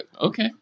Okay